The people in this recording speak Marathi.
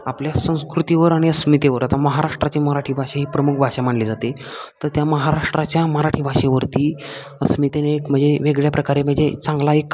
आपल्या संस्कृतीवर आणि अस्मितेवर आता महाराष्ट्राची मराठी भाषा ही प्रमुख भाषा मानली जाते तर त्या महाराष्ट्राच्या मराठी भाषेवरती अस्मितेने एक म्हणजे वेगळ्या प्रकारे म्हणजे चांगला एक